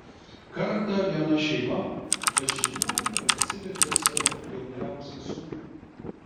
kartą viena šeima pas žiniuonį atsivedė savo jauniausią sūnų